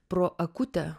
pro akutę